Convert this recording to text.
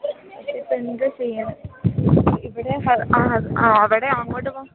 ഇപ്പോൾ എന്തു ചെയ്യാൻ ഇവിടെ ആ ആ അവിടെ അങ്ങോട്ടിപ്പം